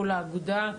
מול האגודה,